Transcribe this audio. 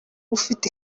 ufite